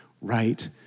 right